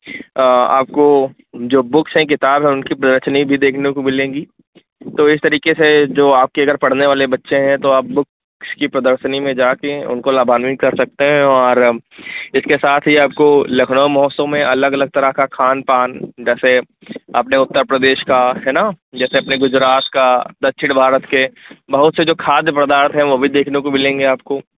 आपको जो बुक्स हैं किताब है उनकी प्रदर्शनी भी देखने को भी मिलेगी तो इस तरीके से जो आपके घर पढ़ने वाले बच्चे हैं तो आप बुक्स की प्रदर्शनी में जाके उनको लाभान्वित कर सकते हैं और इसके साथ ही आपको लखनऊ महोत्सव में अलग अलग तरह का खान पान जैसे अपने उत्तर प्रदेश का है ना जैसे गुजरात का दक्षिण भारत के बहुत से जो खाद्य पदार्थ हैं वह भी देखने को मिलेंगे आपको